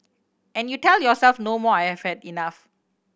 and you tell yourself no more I have had enough